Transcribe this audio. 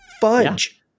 fudge